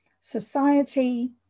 Society